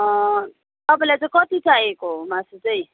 तपाईँलाई चाहिँ कति चाहिएको हो मासु चाहिँ